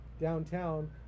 downtown